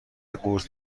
قورت